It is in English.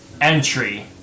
entry